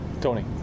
Tony